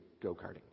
go-karting